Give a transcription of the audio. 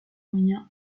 moyen